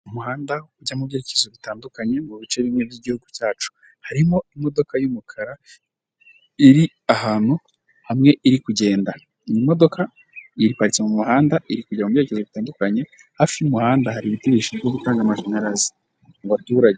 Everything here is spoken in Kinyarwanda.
Mu muhanda ujya mu byerekezo bitandukanye mu bice bimwe by'igihugu cyacu, harimo imodoka y'umukara iri ahantu hamwe iri kugenda. Iyi modoka iparitse mu muhanda iri kujya mu byetekerezo bitandukanye. Hafi y'umuhanda hari ibiti bishinzwe gutanga amashanyarazi mu baturage.